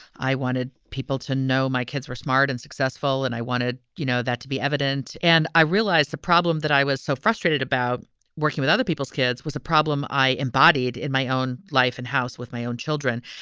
i wanted people to know my kids were smart and successful and i wanted, you know, that to be evident. and i realized the problem that i was so frustrated about working with other people's kids was a problem i embodied in my own life and house with my own children.